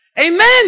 Amen